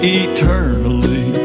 eternally